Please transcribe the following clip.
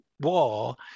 war